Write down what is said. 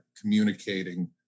communicating